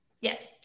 Yes